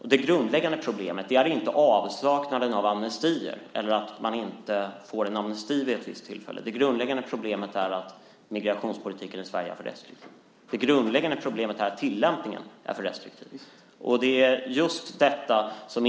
Det grundläggande problemet är inte avsaknaden av amnestier eller att man inte får amnesti vid ett visst tillfälle, utan det grundläggande problemet är att migrationspolitiken i Sverige, tillämpningen av den, är för restriktiv.